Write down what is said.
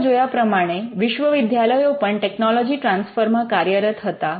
આગળ જોયા પ્રમાણે વિશ્વવિદ્યાલયો પણ ટેકનોલોજી ટ્રાન્સફર માં કાર્યરત હતા